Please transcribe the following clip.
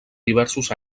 diversos